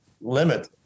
limit